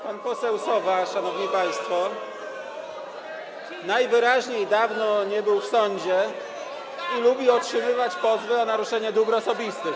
Pan poseł Sowa, szanowni państwo, najwyraźniej dawno nie był w sądzie i lubi otrzymywać pozwy o naruszenie dóbr osobistych.